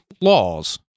laws